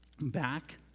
back